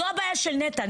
זו הבעיה של נת"ע,